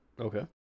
Okay